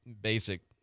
basic